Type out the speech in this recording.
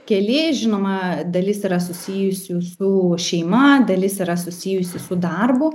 keli žinoma dalis yra susijusių su šeima dalis yra susijusi su darbu